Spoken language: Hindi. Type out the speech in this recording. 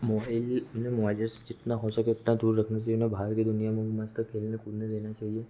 माेबाइल उन्हें मोबाइल जैसे जितना हाे सके उतना दूर रखना चाहिए उन्हें बाहर की दुनिया में मस्त खेलने कूदने देना चाहिए